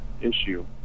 issue